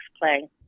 play